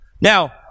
now